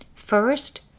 First